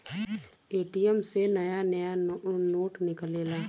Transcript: ATM से नया नया नोट निकलेला